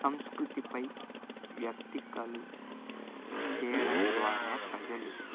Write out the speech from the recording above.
సంస్కృతిపై వ్యక్తీకరణ చేయడం ద్వారా ప్రజలు